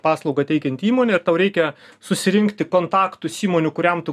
paslaugą teikianti įmonė ir tau susirinkti kontaktus įmonių kuriam tu